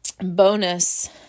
bonus